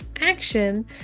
action